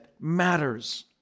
matters